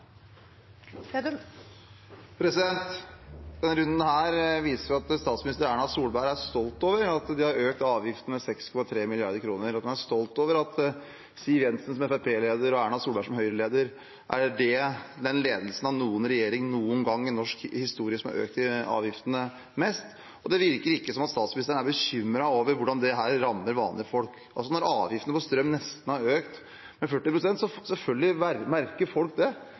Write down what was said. runden viser at statsminister Erna Solberg er stolt over at de har økt avgiftene med 6,3 mrd. kr, og hun er stolt over at Siv Jensen som Fremskrittsparti-leder og Erna Solberg som Høyre-leder er den ledelsen av noen regjering noen gang i norsk historie som har økt avgiftene mest. Og det virker ikke som om statsministeren er bekymret over hvordan dette rammer vanlige folk. Når avgiften på strøm har økt med nesten 40 pst., merker selvfølgelig folk det.